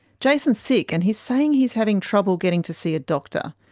jason's sick and he's saying he's having trouble getting to see a doctor.